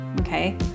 Okay